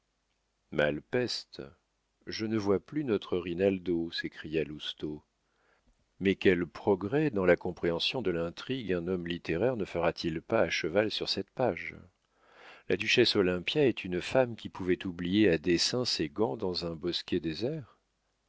malepeste je ne vois plus notre rinaldo s'écria lousteau mais quels progrès dans la compréhension de l'intrigue un homme littéraire ne fera-t-il pas à cheval sur cette page la duchesse olympia est une femme qui pouvait oublier à dessein ses gants dans un bosquet désert